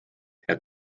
herr